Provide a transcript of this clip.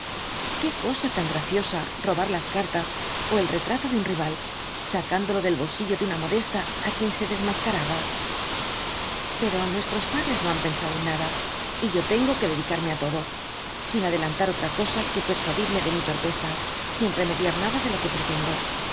qué cosa tan graciosa robar las cartas ó el retrato de un riyal sacan dolo del bolsillo de una modesta á quien se dcsidascaraba pero nuestros padres no han pensado en nada y yo tengo que dedicarme á todo sin adelantar otra cosa que persuadirme de mi torpeza sin remediar nada de lo que pretendo